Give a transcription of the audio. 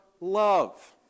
love